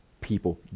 people